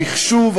המחשוב,